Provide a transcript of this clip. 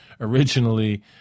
originally